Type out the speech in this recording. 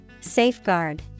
Safeguard